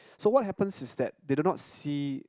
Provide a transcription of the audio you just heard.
so what happens is that they do not see